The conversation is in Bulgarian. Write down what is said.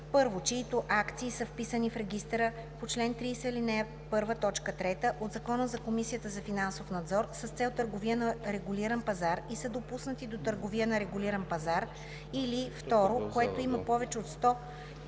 1. чиито акции са вписани в регистъра по чл. 30, ал. 1, т. 3 от Закона за Комисията за финансов надзор с цел търговия на регулиран пазар и са допуснати до търговия на регулиран пазар, или 2. което има повече от 10